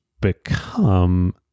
become